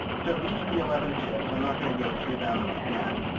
so these are the eleven tips. i'm not going to go through them again.